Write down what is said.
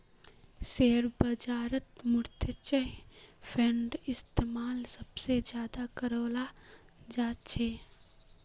share बाजारत mutual फंडेर इस्तेमाल सबसे ज्यादा कराल जा छे